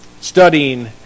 studying